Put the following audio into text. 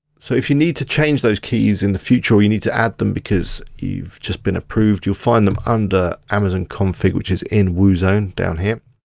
so if you need to change those keys in the future, or you need to add them because you've just been approved you'll find them under amazon config, which is in woozone down here.